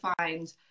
find